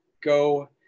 go